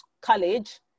college